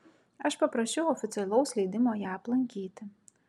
aš paprašiau oficialaus leidimo ją aplankyti